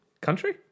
Country